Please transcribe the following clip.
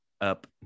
Up